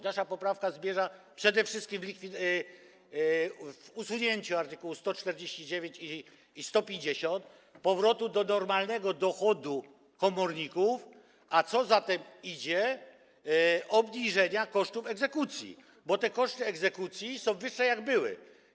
Nasza poprawka zmierza przede wszystkim do usunięcia art. 149 i art. 150, powrotu do normalnego dochodu komorników, a co za tym idzie - obniżenia kosztów egzekucji, bo koszty egzekucji są wyższe, niż były.